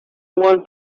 want